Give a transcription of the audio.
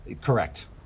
Correct